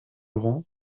rang